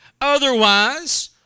Otherwise